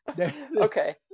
Okay